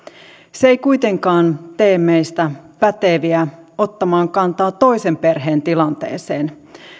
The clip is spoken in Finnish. se ei kuitenkaan tee meistä päteviä ottamaan kantaa toisen perheen tilanteeseen